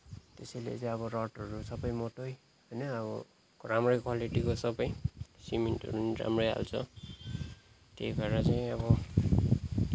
त्यसैले चाहिँ अब रडहरू सबै मोटै होइन अब राम्रै क्वालिटिको सबै सिमेन्टहरू पनि राम्रै हाल्छ त्यही भएर चाहिँ अब